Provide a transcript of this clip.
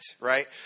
right